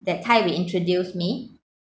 that time you introduced me